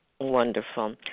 Wonderful